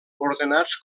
ordenats